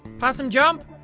possum jump?